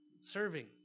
serving